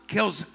Kills